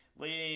leading